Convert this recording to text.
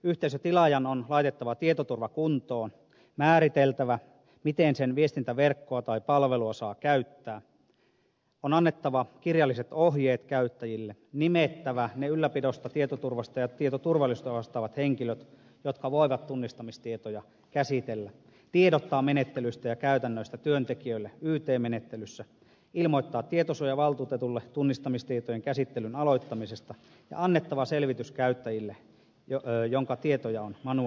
yhteisötilaajan on laitettava tietoturva kuntoon määriteltävä miten sen viestintäverkkoa tai palvelua saa käyttää on annettava kirjalliset ohjeet käyttäjille nimettävä ne ylläpidosta tietoturvasta ja tietoturvallisuudesta vastaavat henkilöt jotka voivat tunnistamistietoja käsitellä tiedottaa menettelystä ja käytännöistä työntekijöille yt menettelyssä ilmoittaa tietosuojavaltuutetulle tunnistamistietojen käsittelyn aloittamisesta ja annettava selvitys käyttäjille jonka tietoja on manuaalisesti käsitelty